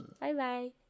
Bye-bye